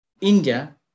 India